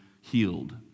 healed